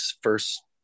first